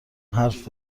حرف